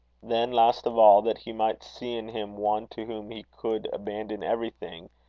then, last of all, that he might see in him one to whom he could abandon everything,